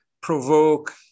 provoke